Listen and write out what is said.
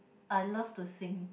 I love to sing